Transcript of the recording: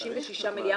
56 מיליארד,